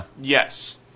Yes